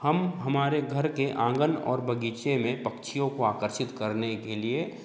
हम हमारे घर के आँगन और बगीचे में पक्षियों को आकर्षित करने के लिए